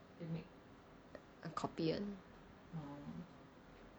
I copy [one]